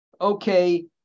okay